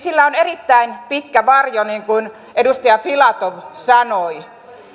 sillä on erittäin pitkä varjo niin kuin edustaja filatov sanoi